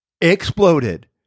exploded